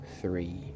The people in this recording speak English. three